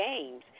games